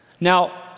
Now